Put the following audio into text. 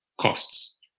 costs